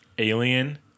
Alien